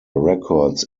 records